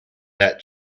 that